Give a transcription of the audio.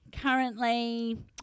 currently